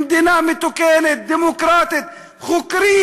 במדינה מתוקנת דמוקרטית חוקרים.